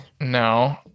No